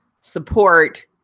support